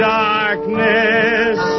darkness